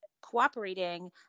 cooperating